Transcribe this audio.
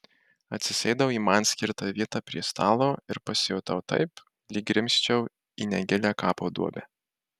atsisėdau į man skirtą vietą prie stalo ir pasijutau taip lyg grimzčiau į negilią kapo duobę